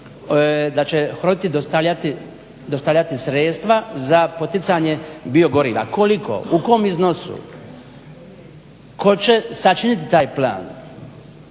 da će HROTE dostavljati sredstva za poticanje biogoriva. Koliko, u kom iznosu? Tko će sačiniti taj plan?